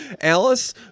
Alice